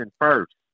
first